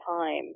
time